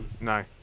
no